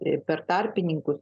ir per tarpininkus